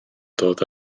dod